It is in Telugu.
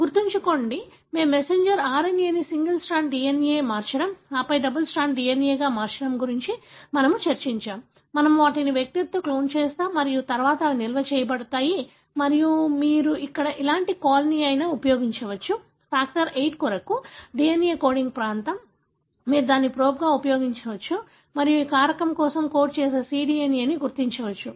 గుర్తుంచుకోండి మేం మెసెంజర్ RNAను సింగిల్ స్ట్రాండ్డ్ DNA మార్చడం ఆపై డబుల్ స్ట్రాండెడ్ DNAగా మార్చడం గురించి మనము చర్చించాము మనము వాటిని వెక్టర్స్లో క్లోన్ చేస్తాము మరియు తర్వాత అవి నిల్వ చేయబడతాయి మరియు మీరు ఇక్కడ ఎలాంటి కాల్ను అయినా ఉపయోగించవచ్చు ఫ్యాక్టర్ VIII కొరకు DNA కోడింగ్ ప్రాంతం మీరు దీనిని ప్రోబ్గా ఉపయోగించవచ్చు మరియు ఈ కారకం కోసం కోడ్ చేసే cDNAను గుర్తించవచ్చు